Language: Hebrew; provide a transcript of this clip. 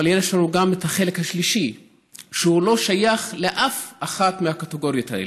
אבל יש לנו את החלק השלישי שלא שייך לאף אחת מהקטגוריות האלה,